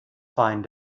fine